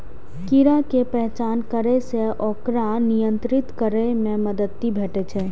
कीड़ा के पहचान करै सं ओकरा नियंत्रित करै मे मदति भेटै छै